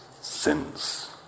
sins